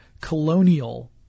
colonial